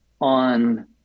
on